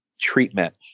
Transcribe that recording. treatment